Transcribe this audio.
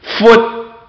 foot